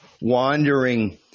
wandering